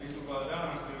ההצעה להעביר את הנושא